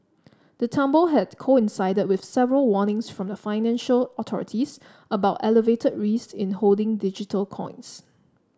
the tumble had coincided with several warnings from financial authorities about elevated risk in holding digital coins